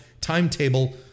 timetable